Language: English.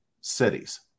cities